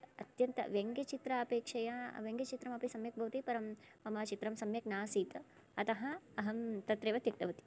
अत्यन्तव्यङ्गचित्रापेक्षया व्यङ्गचित्रमपि सम्यक् भवति परं मम चित्रं सम्यक् नासीत् अतः अहं तत्रैव त्यक्तवती